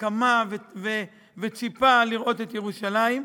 כמהּ וציפה לראות את ירושלים,